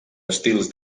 estils